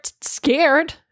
scared